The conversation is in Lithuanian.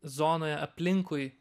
zonoj aplinkui